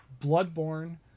Bloodborne